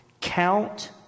count